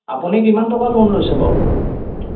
আপুনি কিমান টকা লোন লৈছে বাৰু